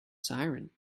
siren